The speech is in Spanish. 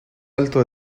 alto